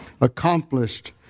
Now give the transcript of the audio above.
Accomplished